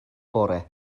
bore